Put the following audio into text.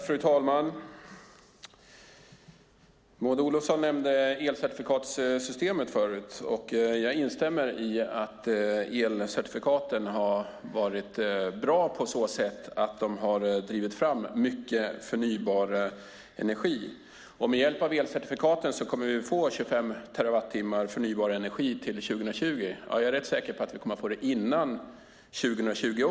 Fru talman! Maud Olofsson nämnde elcertifikatssystemet förut. Jag instämmer i att elcertifikaten har varit bra på så sätt att de har drivit fram mycket förnybar energi. Med hjälp av elcertifikaten kommer vi att få 25 terawattimmar förnybar energi till 2020. Jag är rätt säker på att vi kommer att få det före 2020.